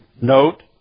Note